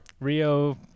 Rio